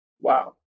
Wow